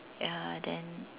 ya then